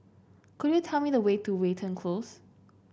could you tell me the way to Watten Close